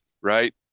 right